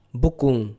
bukung